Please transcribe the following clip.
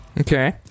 Okay